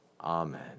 Amen